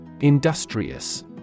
Industrious